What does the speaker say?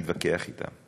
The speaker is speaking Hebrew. אפשר להתווכח אתן,